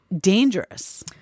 dangerous